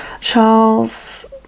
Charles